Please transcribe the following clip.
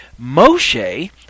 Moshe